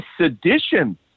sedition